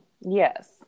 yes